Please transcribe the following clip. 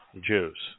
Jews